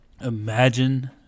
Imagine